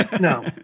No